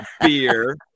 beer